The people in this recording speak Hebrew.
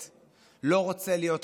לא רוצה להיות עלה תאנה,